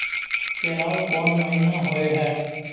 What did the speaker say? केराव कोन महीना होय हय?